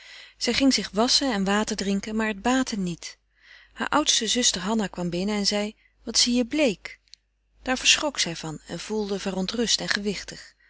zij ging zich wasschen en water drinken maar het baatte niet haar oudste zuster hanna kwam binnen en zei wat zie je bleek daar verschrok zij van en voelde verontrust en gewichtig